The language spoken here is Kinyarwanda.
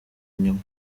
inyuma